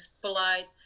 polite